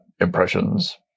impressions